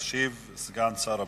וישיב סגן שר הבריאות,